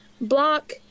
Block